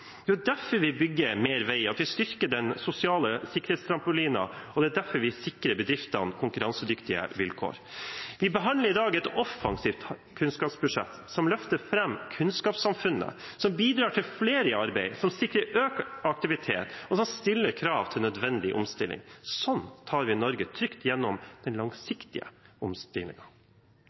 det er derfor vi sikrer bedriftene konkurransedyktige vilkår. Vi behandler i dag et offensivt kunnskapsbudsjett som løfter fram kunnskapssamfunnet, som bidrar til at flere kommer i arbeid, som sikrer økt aktivitet, og som stiller krav til nødvendig omstilling. Sånn tar vi Norge trygt gjennom den langsiktige